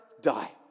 die